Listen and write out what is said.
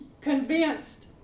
convinced